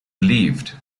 relieved